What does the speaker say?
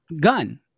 gun